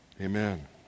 Amen